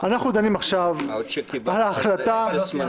אנחנו דנים עכשיו על ההחלטה --- עוד שקיבלת על זה אפס מנדטים.